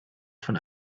von